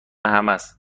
همست